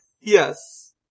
Yes